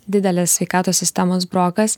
didelis sveikatos sistemos brokas